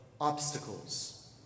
obstacles